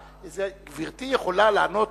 גברתי יכולה לענות,